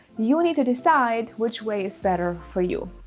you need to decide which way is better for you.